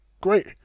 great